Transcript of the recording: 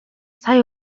сая